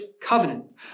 covenant